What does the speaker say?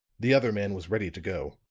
the other man was ready to go.